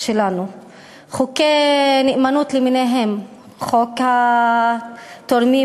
שלנו; חוקי נאמנות למיניהם: חוק התורמים